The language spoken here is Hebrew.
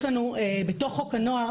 יש לנו בתוך חוק הנוער